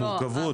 המורכבות --- לא,